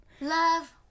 Love